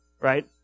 Right